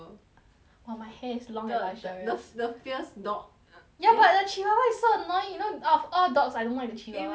!wah! my hair is long and luxurious the the the the fierce dog err ya but the chihuahua is so annoying you know of all dogs I don't like the chihuahua eh wait wait wait wait